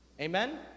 Amen